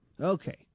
Okay